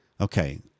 okay